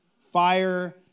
Fire